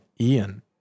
ian